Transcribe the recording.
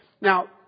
now